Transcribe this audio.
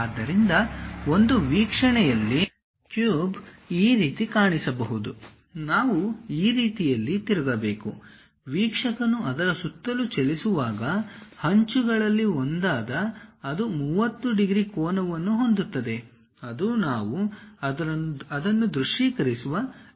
ಆದ್ದರಿಂದ ಒಂದು ವೀಕ್ಷಣೆಯಲ್ಲಿ ಕ್ಯೂಬ್ ಈ ರೀತಿ ಕಾಣಿಸಬಹುದು ನಾವು ಆ ರೀತಿಯಲ್ಲಿ ತಿರುಗಬೇಕು ವೀಕ್ಷಕನು ಅದರ ಸುತ್ತಲೂ ಚಲಿಸುವಾಗ ಅಂಚುಗಳಲ್ಲಿ ಒಂದಾದ ಅದು 30 ಡಿಗ್ರಿ ಕೋನವನ್ನು ಹೊಂದುತ್ತದೆ ಅದು ನಾವು ಅದನ್ನು ದೃಶ್ಯೀಕರಿಸುವ ವಿಧಾನವಾಗಿದೆ